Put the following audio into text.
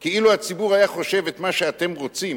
כי אילו הציבור היה חושב את מה שאתם רוצים